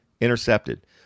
intercepted